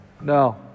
no